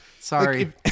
Sorry